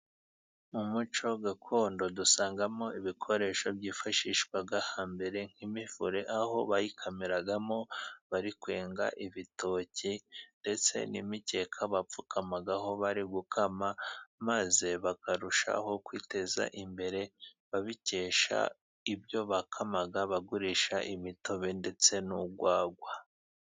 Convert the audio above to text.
Mu muco gakondo dusangamo ibikoresho byifashishwaga hambere nk'imivure, aho bayikamiragamo bari kwenga ibitoki ndetse n'imikeka bapfukamagaho bari gukama, maze bakarushaho kwiteza imbere babikesha ibyo bakamaga bagurisha imitobe ndetse n'urwagwa.